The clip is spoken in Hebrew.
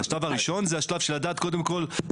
השלב הראשון זה, קודם כול, לדעת.